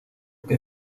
que